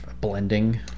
blending